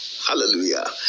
hallelujah